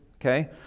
okay